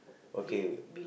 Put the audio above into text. okay